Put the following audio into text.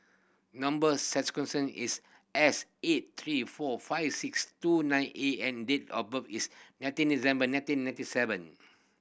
number is S eight three four five six two nine A and date of birth is nineteen December nineteen ninety seven